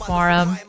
Forum